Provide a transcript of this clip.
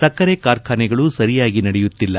ಸಕ್ಕರೆ ಕಾರ್ಖನೆಗಳು ಸರಿಯಾಗಿ ನಡೆಯುತ್ತಿಲ್ಲ